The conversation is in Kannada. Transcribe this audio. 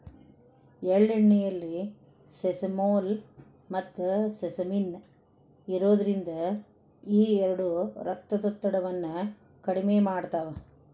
ಎಳ್ಳೆಣ್ಣೆಯಲ್ಲಿ ಸೆಸಮೋಲ್, ಮತ್ತುಸೆಸಮಿನ್ ಇರೋದ್ರಿಂದ ಈ ಎರಡು ರಕ್ತದೊತ್ತಡವನ್ನ ಕಡಿಮೆ ಮಾಡ್ತಾವ